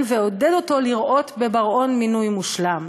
ועודד אותו לראות בבר-און מינוי מושלם.